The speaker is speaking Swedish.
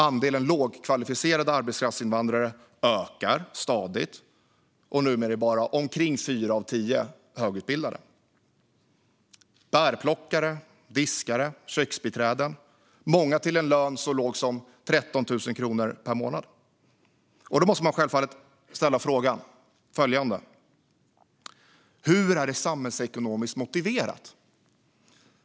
Andelen lågkvalificerade arbetskraftsinvandrare ökar stadigt, och numera är bara omkring fyra av tio högutbildade. Det handlar om bärplockare, diskare, köksbiträden, och många har en lön så låg som 13 000 kronor per månad. Då måste man självklart ställa följande fråga: Hur är detta samhällsekonomiskt motiverat?